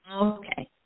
Okay